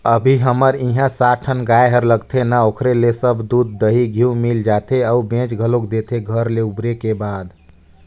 अभी हमर इहां सात ठन गाय हर लगथे ना ओखरे ले सब दूद, दही, घींव मिल जाथे अउ बेंच घलोक देथे घर ले उबरे के बाद